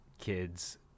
kids